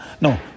no